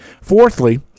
Fourthly